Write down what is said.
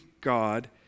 God